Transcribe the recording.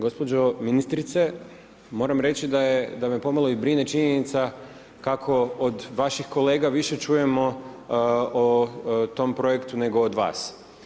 Gospođo ministrice, moram reći, da me pomalo i brine činjenica, kako od vaših kolega više čujemo o tom projektu nego od vas.